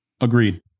Agreed